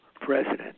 president